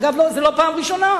אגב, זאת לא הפעם הראשונה.